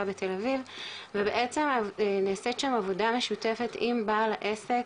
בתל אביב ובעצם נעשית שם עבודה משותפת עם בעל העסק,